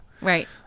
Right